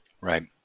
Right